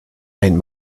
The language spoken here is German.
ein